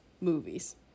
movies